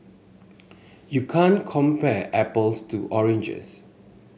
you can't compare apples to oranges